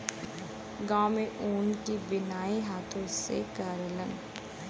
गांव में ऊन क बिनाई हाथे से करलन